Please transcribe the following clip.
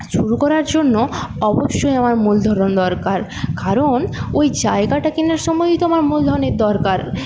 শুরু করার জন্য অবশ্যই আমার মূলধনও দরকার কারণ ওই জায়গাটা কেনার সময়ই তো আমার মূলধনের দরকার